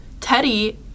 Teddy